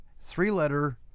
three-letter